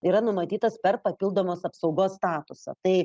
yra numatytas per papildomos apsaugos statusą tai